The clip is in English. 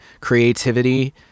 creativity